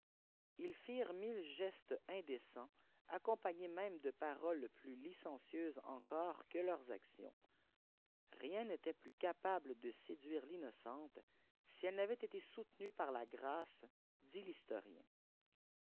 ils firent mille gestes indécents accompagnés même de paroles plus licencieuses encore que séurs actions rien n'était plus capable de séduire l'innocence si eue u avait été soutenue par la grâce dit l'historien